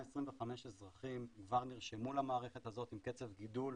1,250,000 אזרחים כבר נרשמו למערכת הזאת עם קצב גידול,